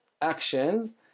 actions